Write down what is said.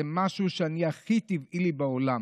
זה משהו שהכי טבעי לי בעולם,